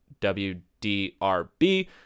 WDRB